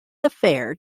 affair